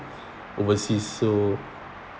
overseas so